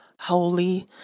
holy